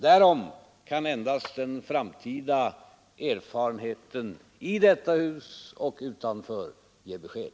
Därom kan endast den framtida erfarenheten, i detta hus och utanför, ge besked.